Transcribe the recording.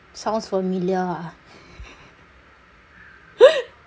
sounds familiar ah